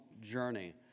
journey